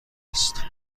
است